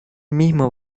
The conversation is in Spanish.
mismo